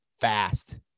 fast